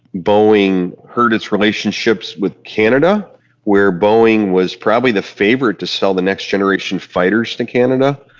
boeing hurt its relationships with canada where boeing was probably the favourite to sell the next generation fighters to canada,